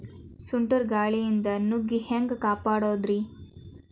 ಸುಂಟರ್ ಗಾಳಿಯಿಂದ ನುಗ್ಗಿ ಹ್ಯಾಂಗ ಕಾಪಡೊದ್ರೇ?